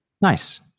nice